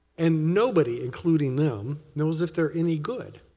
and nobody, including them, knows if they're any good.